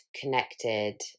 connected